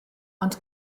ond